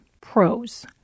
pros